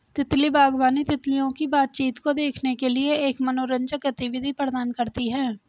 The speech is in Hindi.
तितली बागवानी, तितलियों की बातचीत को देखने के लिए एक मनोरंजक गतिविधि प्रदान करती है